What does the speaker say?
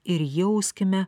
ir jauskime